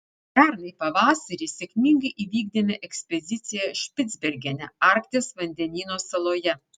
pernai pavasarį sėkmingai įvykdėme ekspediciją špicbergene arkties vandenyno saloje